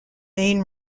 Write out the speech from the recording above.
main